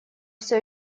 все